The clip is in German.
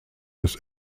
des